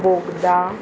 बोगदा